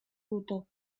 botó